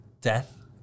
Death